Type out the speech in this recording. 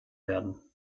werden